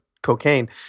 cocaine